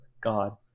God